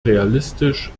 realistisch